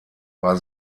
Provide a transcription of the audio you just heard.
war